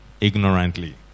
ignorantly